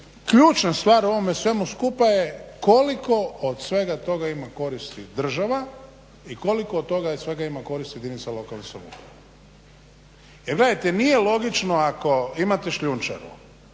ključna stvar u ovome svemu skupa je koliko od svega toga ima koristi država i koliko od toga svega ima koristi jedinica lokalne samouprave. Jer gledajte nije logično ako imate šljunčaru